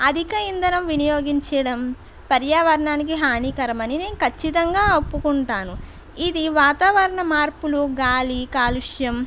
అధిక ఇంధనం వినియోగించడం పర్యావరణనికి హానికరం అని నేను ఖచ్చితంగా ఒప్పుకుంటాను ఇది వాతావరణ మార్పులు గాలి కాలుష్యం